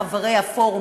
חברי הפורום,